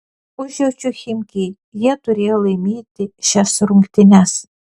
užjaučiu chimki jie turėjo laimėti šias rungtynes